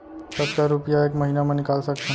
कतका रुपिया एक महीना म निकाल सकथन?